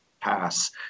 pass